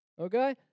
okay